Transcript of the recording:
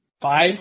five